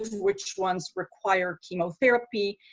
which ones require chemotherapy,